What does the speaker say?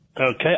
Okay